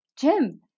Jim